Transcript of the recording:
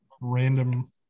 random